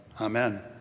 Amen